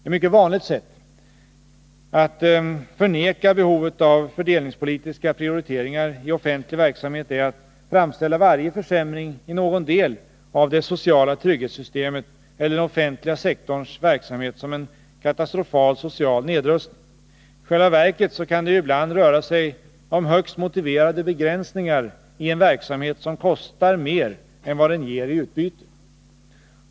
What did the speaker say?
Ett mycket vanligt sätt att förneka behovet av fördelningspolitiska prioriteringar i offentlig verksamhet är att framställa varje försämring i någon del av det sociala trygghetssystemet eller den offentliga sektorns verksamhet som en katastrofal social nedrustning. I själva verket kan det ju ibland röra sig om högst motiverade begränsningar i en verksamhet som kostar mer än vad den ger i utbyte.